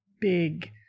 big